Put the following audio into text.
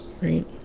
right